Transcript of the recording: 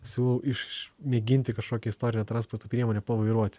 siūlau išmėginti kažkokią istorinę transporto priemonę pavairuoti